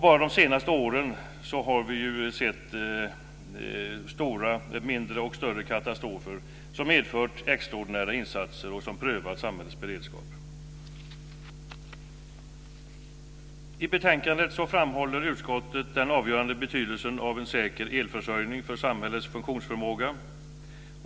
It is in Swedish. Bara de senaste åren har vi sett mindre och större katastrofer som har medfört extraordinära insatser och som har prövat samhällets beredskap. I betänkandet framhåller utskottet den avgörande betydelsen av en säker elförsörjning för samhällets funktionsförmåga.